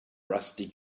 rusty